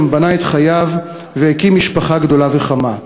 שם בנה את חייו והקים משפחה גדולה וחמה.